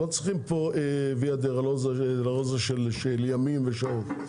לא צריך פה ויה דולורוזה של ימים ושעות,